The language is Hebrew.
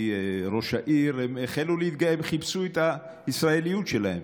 הם חיפשו את הישראליות שלהם,